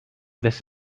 this